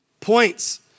points